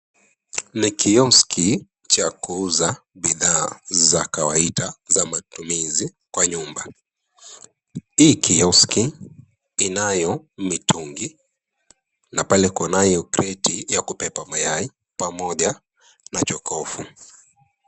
Ni kioski cha kuuza bidhaa za kawaida za matumizi kwa nyumba. Hii kioski inayo mitungi na pale kunayo kreti ya kubeba mayai pamoja na jokofu.